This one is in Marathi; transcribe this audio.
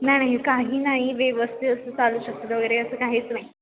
नाही नाही काही नाही व्यवस्थित असं चालू शकतात वगैरे असं काहीच नाही